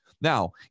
Now